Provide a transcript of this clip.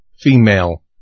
female